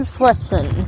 Swetson